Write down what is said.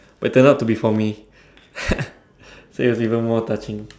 it turned out to be for me so it was even more touching